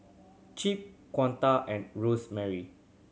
Chip Kunta and Rosemary